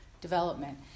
development